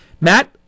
Matt